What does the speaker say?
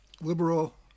liberal